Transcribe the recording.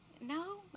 No